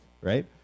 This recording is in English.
right